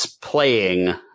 playing